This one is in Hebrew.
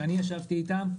לאחר שאני ישבתי איתם,